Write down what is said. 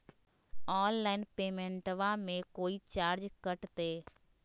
Online पेमेंटबां मे कोइ चार्ज कटते?